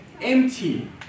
empty